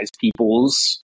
people's